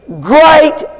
great